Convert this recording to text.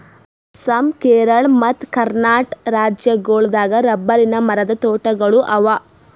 ಅಸ್ಸಾಂ ಕೇರಳ ಮತ್ತ್ ಕರ್ನಾಟಕ್ ರಾಜ್ಯಗೋಳ್ ದಾಗ್ ರಬ್ಬರಿನ್ ಮರದ್ ತೋಟಗೋಳ್ ಅವಾ